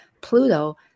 pluto